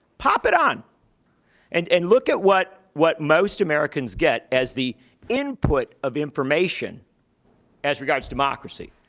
pop it on and and look at what what most americans get as the input of information as regard to democracy.